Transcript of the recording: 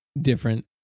different